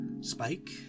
Spike